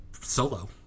solo